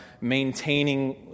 maintaining